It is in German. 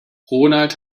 ronald